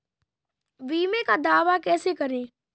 बीमे का दावा कैसे करें?